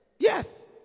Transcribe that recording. Yes